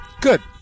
Good